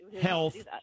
health